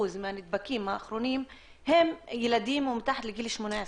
מהנדבקים האחרונים הם ילדים ומתחת לגיל 18,